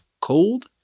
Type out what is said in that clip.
cold